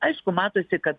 aišku matosi kad